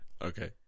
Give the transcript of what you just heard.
Okay